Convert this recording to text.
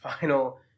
final